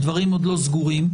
דברים עוד לא סגורים,